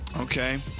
Okay